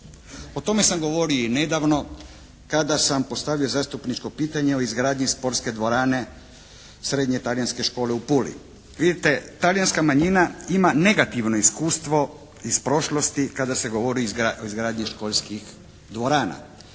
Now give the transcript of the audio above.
O tome sam govorio i nedavno kada sam postavio zastupničko pitanje o izgradnji sportske dvorane Srednje talijanske škole u Puli. Vidite, talijanska manjina ima negativno iskustvo iz prošlosti kada se govori o izgradnji školskih dvorana.